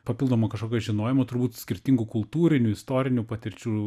papildomo kažkokio žinojimo turbūt skirtingų kultūrinių istorinių patirčių